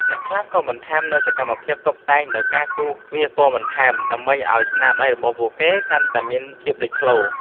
អ្នកខ្លះក៏បន្ថែមនូវសកម្មភាពតុបតែងដោយការគូរវាសពណ៌បន្ថែម ដើម្បីឱ្យស្នាដៃរបស់ពួកគេកាន់តែមានភាពលេចធ្លោ។